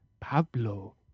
Pablo